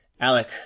Alec